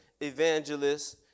evangelists